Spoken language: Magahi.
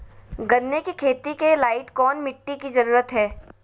गन्ने की खेती के लाइट कौन मिट्टी की जरूरत है?